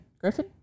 Griffin